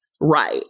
Right